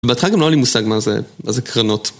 בהתחלה גם לא היה לי מושג מה זה קרנות.